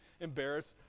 embarrassed